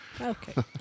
Okay